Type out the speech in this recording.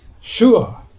Sure